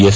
S